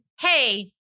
hey